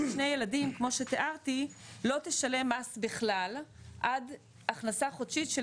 שני ילדים כמו שתיארתי לא תשלם מס בכלל עד הכנסה חודשית של